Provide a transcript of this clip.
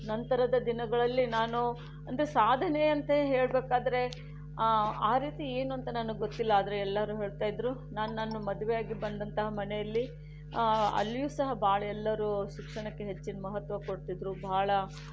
ನಂತರದ ದಿನಗಳಲ್ಲಿ ನಾನು ಅಂದರೆ ಸಾಧನೆ ಅಂತ ಹೇಳಬೇಕಾದರೆ ಆ ರೀತಿ ಏನಂತ ನನಗೆ ಗೊತ್ತಿಲ್ಲ ಆದರೆ ಎಲ್ಲರೂ ಹೇಳ್ತಾ ಇದ್ದರು ನಾನು ನನ್ನ ಮದುವೆಯಾಗಿ ಬಂದಂತಹ ಮನೆಯಲ್ಲಿ ಅಲ್ಲಿಯೂ ಸಹ ಭಾಳೆಲ್ಲರೂ ಶಿಕ್ಷಣಕ್ಕೆ ಹೆಚ್ಚಿನ ಮಹತ್ವ ಕೊಡ್ತಿದ್ದರು ಬಹಳ